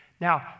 Now